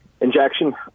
injection